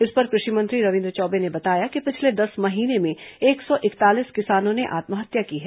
इस पर कृषि मंत्री रविन्द्र चौबे ने बताया कि पिछले दस महीने में एक सौ इकतालीस किसानों ने आत्महत्या की है